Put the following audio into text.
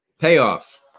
Payoff